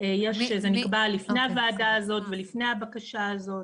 זה נקבע לפני הוועדה הזאת ולפני הבקשה הזאת,